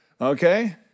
okay